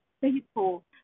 faithful